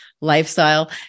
lifestyle